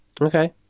Okay